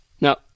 Now